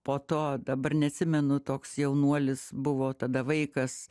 po to dabar neatsimenu toks jaunuolis buvo tada vaikas